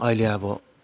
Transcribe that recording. अहिले अब